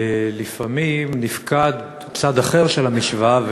לפעמים נפקד צד אחר של המשוואה,